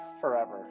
forever